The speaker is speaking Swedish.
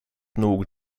nog